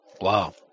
Wow